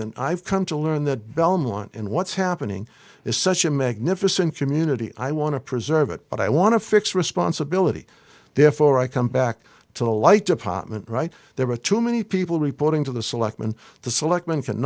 and i've come to learn that belmont in what's happening is such a magnificent community i want to preserve it but i want to fix responsibility therefore i come back to the light department right there are too many people reporting to the selectmen the selectmen can